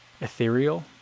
ethereal